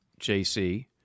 JC